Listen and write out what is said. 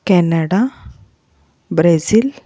Canada Brazil